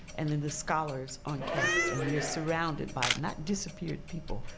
and then the scholars on campus. and we're surrounded by, not disappeared people,